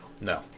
No